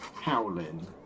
howling